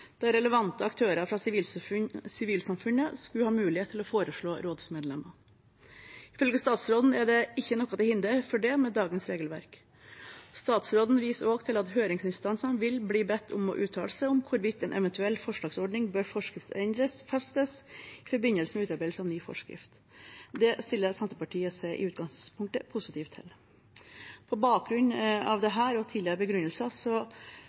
der relevante aktører fra sivilsamfunnet skulle ha mulighet til å foreslå rådsmedlemmer. Ifølge statsråden er ikke noe til hinder for det med dagens regelverk. Statsråden viser også til at høringsinstansene vil bli bedt om å uttale seg om hvorvidt en eventuell forslagsordning bør forskriftsfestes i forbindelse med utarbeidelse av ny forskrift. Det stiller Senterpartiet seg i utgangspunktet positiv til. På bakgrunn av dette og tidligere begrunnelser